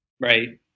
Right